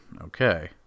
okay